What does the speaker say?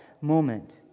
moment